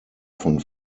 von